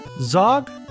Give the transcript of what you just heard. Zog